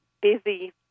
busy